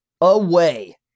away